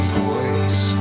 voice